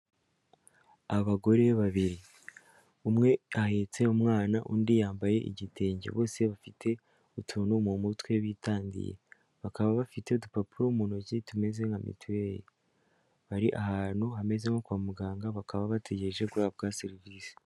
Abagore babiri umwe ahetse umwana undi yambaye igitenge bose bafite utuntu mu mutwe bitangiye, bakaba bafite udupapuro mu ntoki tumeze nka mituweli, bari ahantu hameze nko kwa muganga bakaba bategereje guhabwa serivisi.